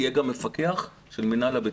יהיה גם מפקח של מינהל הבטיחות.